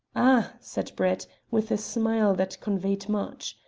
ah, said brett, with a smile that conveyed much,